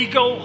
go